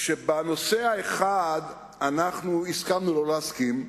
שבנושא האחד הסכמנו לא להסכים,